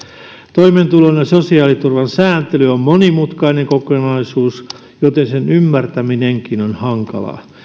toimeentulon ja sosiaaliturvan sääntely on monimutkainen kokonaisuus joten sen ymmärtäminenkin on hankalaa